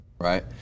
right